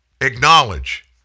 acknowledge